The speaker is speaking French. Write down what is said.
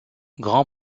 grand